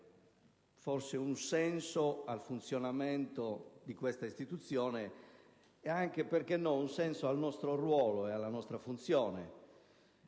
dare un senso al funzionamento di questa istituzione e anche - perché no - al nostro ruolo e alla nostra funzione.